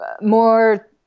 more